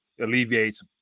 alleviates